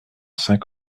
saint